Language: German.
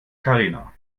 karina